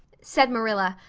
said marilla,